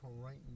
right